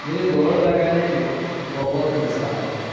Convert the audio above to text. مجھے دوڑ لگانے میں بہت مزہ آتا ہے